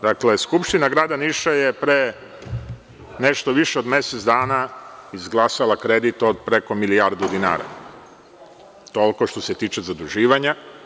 Dakle, Skupština Grada Niša je pre nešto više od mesec dana izglasala kredit od preko milijardu dinara, toliko što se tiče zaduživanja.